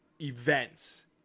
events